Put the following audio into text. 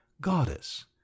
goddess